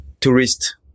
tourist